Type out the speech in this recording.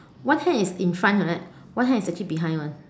one hair is in front correct one hair is actually behind [one]